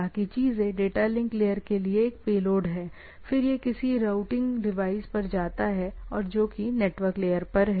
बाकी चीजें data link layer के लिए एक पेलोड हैं फिर यह किसी रूटिंग डिवाइस पर जाता है और जोकि नेटवर्क लेयर पर है